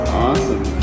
awesome